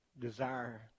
desire